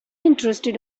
interested